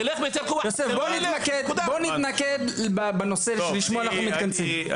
בוא נתמקד לנושא שלשמו אנחנו מתכנסים, בבקשה.